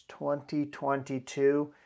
2022